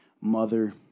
mother